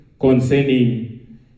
concerning